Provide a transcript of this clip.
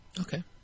Okay